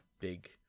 big